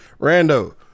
Rando